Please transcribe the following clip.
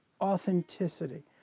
authenticity